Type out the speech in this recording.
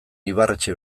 ibarretxe